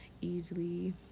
easily